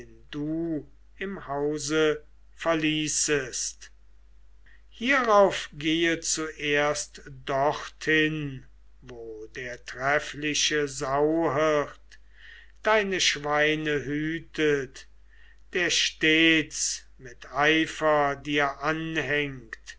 du im hause verließest hierauf gehe zuerst dorthin wo der treffliche sauhirt deiner schweine hütet der stets mit eifer dir anhängt